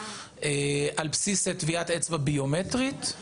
על בסיס טביעת אצבע ביומטרית.